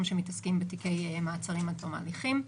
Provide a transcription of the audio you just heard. שמתעסקים בתיקי מעצרים עד תום ההליכים,